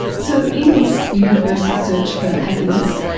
so in this universal search for happiness,